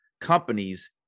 companies